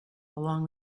along